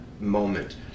moment